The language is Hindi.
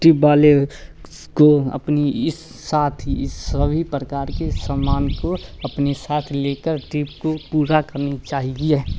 टिप वाले स्को अपनी इस साथ इस सभी प्रकार के सामान को अपनी साथ लेकर ट्रिप को पूरा करनी चाहिए